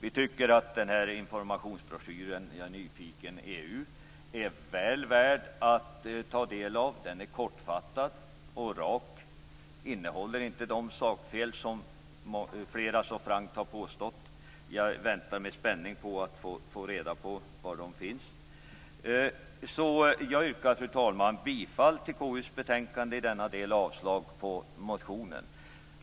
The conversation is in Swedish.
Vi tycker att informationsbroschyren Jag är nyfiken EU är väl värd att ta del av. Den är kortfattad och rak, och den innehåller inte de sakfel som flera så frankt har påstått. Jag väntar med spänning på att få reda på var dessa sakfel finns. Fru talman! Jag yrkar på godkännande av konstitutionsutskottets anmälan och avslag på reservationen.